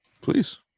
Please